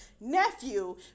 Nephew